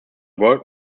world